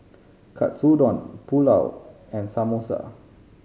Katsudon Pulao and Samosa